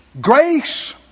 Grace